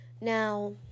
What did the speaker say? Now